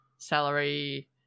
salary